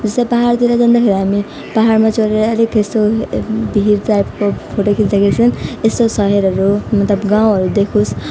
जस्तै पाहाडतिर जाँदाखेरि हामी पाहाडमा चढेर अलिक यस्तो भिर टाइपको फोटो खिच्दाखेरि चाहिँ यसो सहरहरू मतलब गाउँहरू देखियोस्